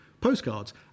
postcards